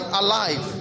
alive